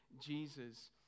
Jesus